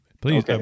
please